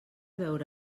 veure